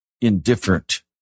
Indifferent